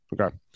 Okay